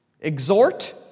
Exhort